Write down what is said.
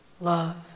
love